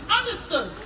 understood